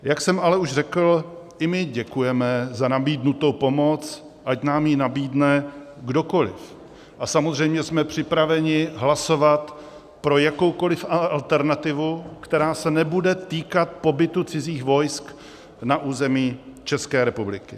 Jak jsem už řekl ale, i my děkujeme za nabídnutou pomoc, ať nám ji nabídne kdokoliv, a samozřejmě jsme připraveni hlasovat pro jakoukoliv alternativu, která se nebude týkat pobytu cizích vojsk na území České republiky.